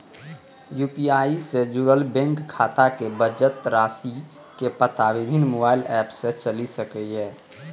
UPI सं जुड़ल bank खाताक बचत राशिक पता विभिन्न मोबाइल एप सं चलि सकैए